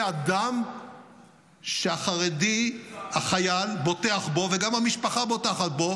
אדם שהחרדי החייל בוטח בו וגם המשפחה בוטחת בו,